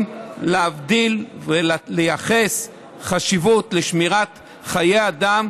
להבדיל ולייחס חשיבות לשמירת חיי אדם,